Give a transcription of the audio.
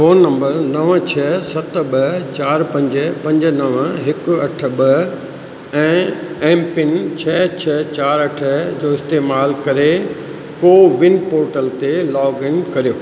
phone number नव छ सत ॿ चारि पंज पंज नव हिकु अठ ॿ ऐं एमपिन छह छ्ह चारि अठ जो इस्तेमालु करे कोविन पोर्टल ते लोगइन करियो